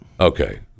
Okay